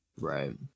Right